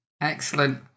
Excellent